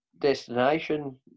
destination